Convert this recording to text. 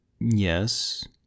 Yes